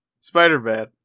Spider-Man